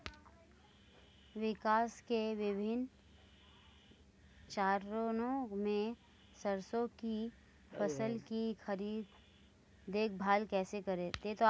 विकास के विभिन्न चरणों में सरसों की फसल की देखभाल कैसे करें?